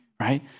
Right